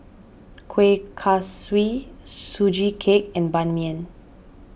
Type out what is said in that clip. Kueh Kaswi Sugee Cake and Ban Mian